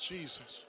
Jesus